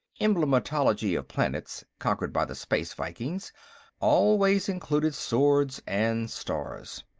emblematology of planets conquered by the space vikings always included swords and stars.